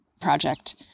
project